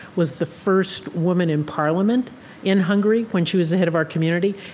was the first woman in parliament in hungary when she was the head of our community.